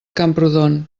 camprodon